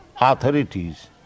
Authorities